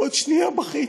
עוד שנייה בכיתי.